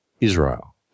Israel